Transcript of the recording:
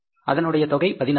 அதனுடைய தொகை ரூ